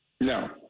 No